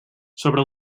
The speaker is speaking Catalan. sobre